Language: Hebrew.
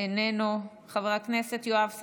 איננו, חבר הכנסת יואב סגלוביץ'